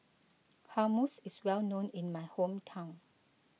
Hummus is well known in my hometown